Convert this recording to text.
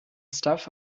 stuff